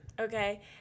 Okay